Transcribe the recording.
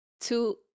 two